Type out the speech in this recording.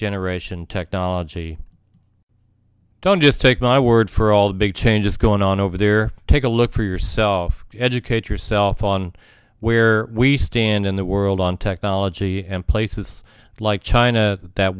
generation technology don't just take my word for all the big changes going on over there take a look for yourself educate yourself on where we stand in the world on technology and places like china that